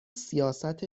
سیاست